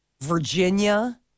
Virginia